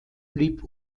blieb